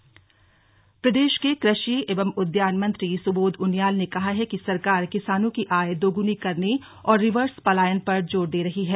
कृषि मंत्री माघ मेला प्रदेश के कृषि एवं उद्यान मंत्री सुबोध उनियाल ने कहा है कि सरकार किसानों की आय दोगुनी करने और रिवर्स पलायन पर जोर दे रही हैं